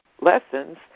lessons